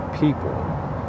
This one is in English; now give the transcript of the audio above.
people